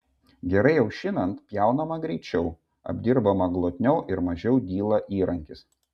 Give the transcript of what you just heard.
gerai aušinant pjaunama greičiau apdirbama glotniau ir mažiau dyla įrankis